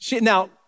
Now